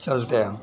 चलते हैं